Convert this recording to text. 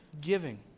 giving